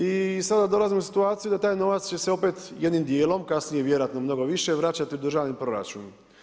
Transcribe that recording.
I sada dolazimo u situaciju da taj novac će se opet jednim dijelom, kasnije vjerojatno mnogo više vraćati u državni proračun.